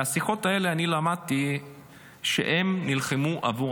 מהשיחות האלה אני למדתי שהם נלחמו בעבור